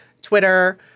Twitter